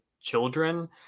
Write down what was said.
children